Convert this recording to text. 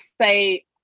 say